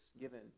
given